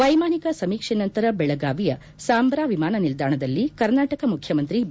ವೈಮಾನಿಕ ಸಮೀಕ್ಷೆ ನಂತರ ಬೆಳಗಾವಿಯ ಸಾಂಬ್ರಾ ವಿಮಾನ ನಿಲ್ದಾಣದಲ್ಲಿ ಕರ್ನಾಟಕ ಮುಖ್ಯಮಂತ್ರಿ ಬಿ